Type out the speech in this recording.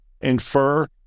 infer